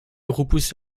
repoussé